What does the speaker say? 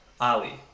Ali